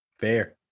fair